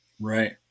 Right